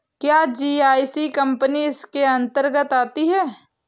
क्या GIC company इसके अन्तर्गत आती है?